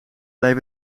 bleef